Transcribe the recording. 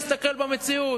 להסתכל במציאות.